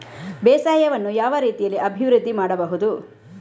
ಬೇಸಾಯವನ್ನು ಯಾವ ರೀತಿಯಲ್ಲಿ ಅಭಿವೃದ್ಧಿ ಮಾಡಬಹುದು?